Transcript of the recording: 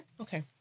Okay